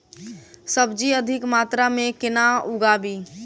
सब्जी अधिक मात्रा मे केना उगाबी?